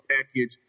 package